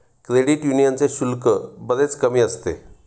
credit यूनियनचे शुल्क बरेच कमी असते